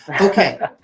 okay